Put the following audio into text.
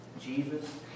Jesus